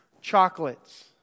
Chocolates